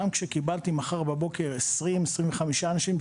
גם אם אקבל מחר בבוקר 20,25 אנשים,